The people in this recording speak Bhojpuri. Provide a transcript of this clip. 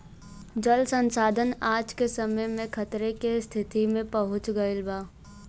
जल संसाधन आज के समय में खतरे के स्तिति में पहुँच गइल बा